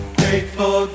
grateful